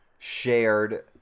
shared